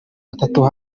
atatu